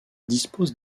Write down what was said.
dispose